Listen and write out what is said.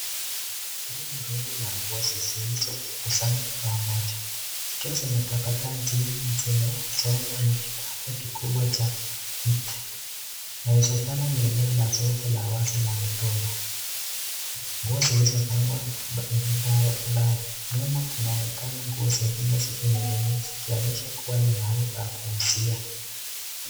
Hili ni rundo la nguo zilizokusanywa pamoja zikiwa zimetapakaa chini na zimesongwa na kipande kikubwa cha mti. Inawezekana ni eneo la soko la wazi la mitumba. Nguo zilizopangwa ni vibae vibae. Nyuma kunaonekana nguo zingine zikining'inia zikionyesha kuwa ni mahali pa kuuzia.